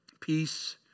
Peace